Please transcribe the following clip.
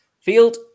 field